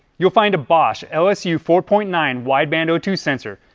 you'll find a bosch l s u four point nine wideband o two sensor.